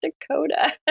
Dakota